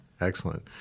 Excellent